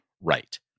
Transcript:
right